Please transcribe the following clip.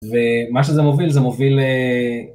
ומה שזה מוביל זה מוביל...